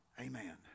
amen